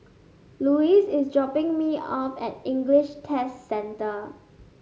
Louis is dropping me off at English Test Centre